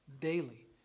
daily